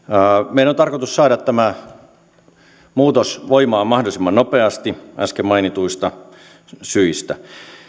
meidän on tarkoitus saada tämä muutos voimaan mahdollisimman nopeasti äsken mainituista syistä